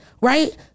right